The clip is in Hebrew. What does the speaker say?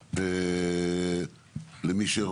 למי,